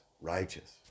righteous